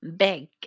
big